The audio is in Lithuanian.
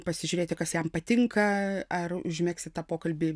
pasižiūrėti kas jam patinka ar užmegzti tą pokalbį